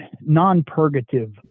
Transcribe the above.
non-purgative